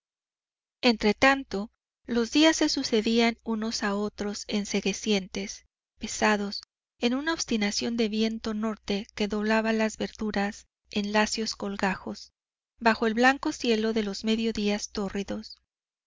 entretanto los días se sucedían unos a otros enceguecientes pesados en una obstinación de viento norte que doblaba las verduras en lacios colgajos bajo el blanco cielo de los mediodías tórridos